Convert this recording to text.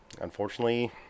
unfortunately